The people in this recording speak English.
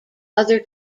other